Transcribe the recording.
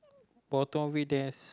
bottom of it there's